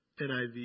NIV